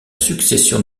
succession